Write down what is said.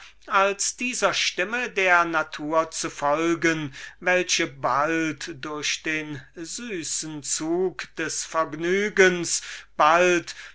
als dieser stimme der natur zu folgen welche bald durch den süßen zug des vergnügens bald